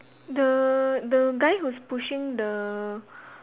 the the guy who's pushing the